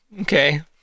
Okay